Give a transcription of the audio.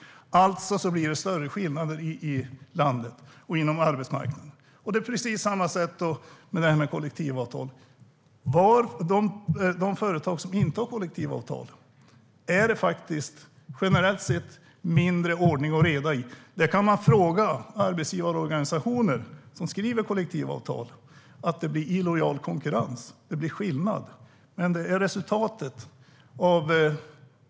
Alltså blir det större skillnader i landet och inom arbetsmarknaden. Detsamma gäller kollektivavtalen. Inom de företag som inte har kollektivavtal är det generellt sett mindre ordning och reda. Det kan man fråga arbetsgivarorganisationer, som skriver kollektivavtal, om. Det blir illojal konkurrens och skillnader.